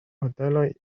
hoteloj